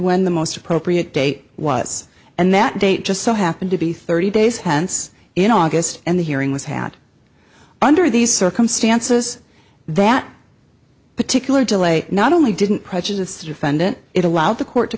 when the most appropriate date was and that date just so happened to be thirty days hence in august and the hearing was had under these circumstances that particular delay not only didn't prejudice the defendant it allowed the court to